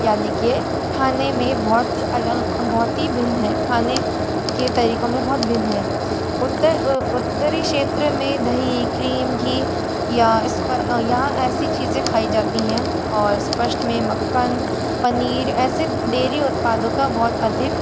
यानी कि खाने में बहुत अलग बहुत ही भिन्न हैं खाने के तरीक़ों में बहुत भिन्न हैं उत्तर उत्तरी क्षेत्र में दही क्रीम घी या इस पर यहाँ ऐसी चीज़ें खाई जाती हैं और स्पष्ट में मक्कन पनीर ऐसे डेरी उत्पादों का बहुत अधिक